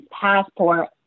passport